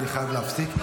אני חייב להפסיק.